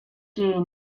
jane